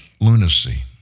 lunacy